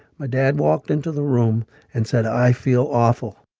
my dad walked into the room and said, i feel awful